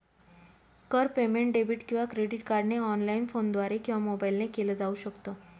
कर payment debit किंवा credit कार्डने ऑनलाइन, फोनद्वारे किंवा मोबाईल ने केल जाऊ शकत